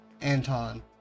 Anton